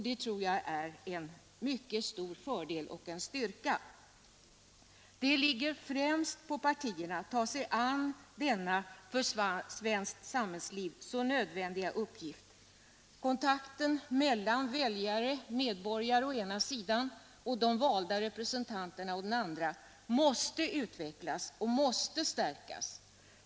Det tror jag är en stor fördel och styrka. Det ligger främst på partierna att ta sig an denna för svenskt samhällsliv så nödvändiga uppgift. Kontakten mellan väljare och medborgare å ena sidan och de valda representanterna å den andra måste utvecklas och stärkas.